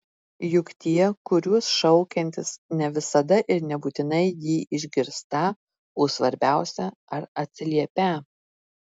juk tie kuriuos šaukiantis ne visada ir nebūtinai jį išgirstą o svarbiausia ar atsiliepią